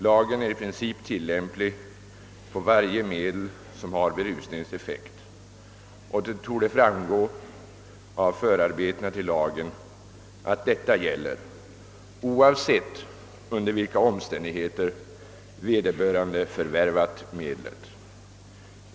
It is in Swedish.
Lagen är i princip tillämplig på varje medel som har berusningseffekt, och det torde framgå av förarbetena till lagen att detta gäller, oavsett under vilka omständigheter vederbörande förvärvat medlet.